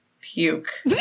puke